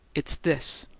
it's this,